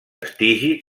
vestigi